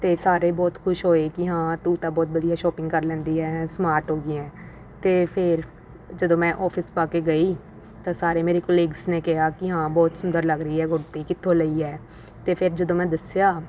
ਅਤੇ ਸਾਰੇ ਬਹੁਤ ਖੁਸ਼ ਹੋਏ ਕਿ ਹਾਂ ਤੂੰ ਤਾਂ ਬਹੁਤ ਵਧੀਆ ਸ਼ੋਪਿੰਗ ਕਰ ਲੈਂਦੀ ਹੈਂ ਸਮਾਰਟ ਹੋ ਗਈ ਹੈਂ ਅਤੇ ਫੇਰ ਜਦੋਂ ਮੈਂ ਆਫਿਸ ਪਾ ਕੇ ਗਈ ਤਾਂ ਸਾਰੇ ਮੇਰੇ ਕੂਲੀਗਸ ਨੇ ਕਿਹਾ ਕਿ ਹਾਂ ਬਹੁਤ ਸੁੰਦਰ ਲੱਗ ਰਹੀ ਹੈ ਕੁੜਤੀ ਕਿੱਥੋਂ ਲਈ ਹੈ ਅਤੇ ਫਿਰ ਜਦੋਂ ਮੈਂ ਦੱਸਿਆ